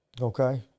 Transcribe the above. okay